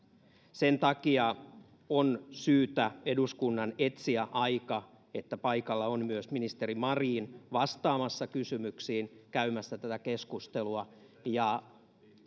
sen takia on syytä eduskunnan etsiä aika että paikalla on myös ministeri marin vastaamassa kysymyksiin käymässä tätä keskustelua